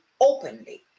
openly